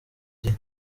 gihe